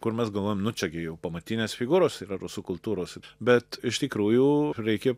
kur mes galvojam nu čia gi jau pamatinės figūros yra rusų kultūros bet iš tikrųjų reikia